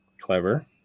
Clever